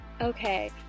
Okay